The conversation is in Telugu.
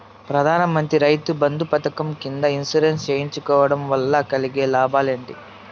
ప్రధాన మంత్రి రైతు బంధు పథకం కింద ఇన్సూరెన్సు చేయించుకోవడం కోవడం వల్ల కలిగే లాభాలు ఏంటి?